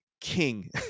king